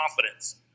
confidence –